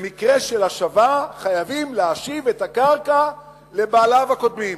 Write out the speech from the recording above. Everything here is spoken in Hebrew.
במקרה של השבה חייבים להשיב את הקרקע לבעליה הקודמים,